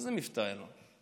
איזה מבטא היה לו?